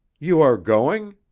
you are going?